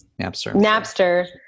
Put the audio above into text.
Napster